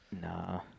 Nah